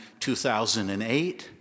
2008